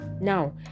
Now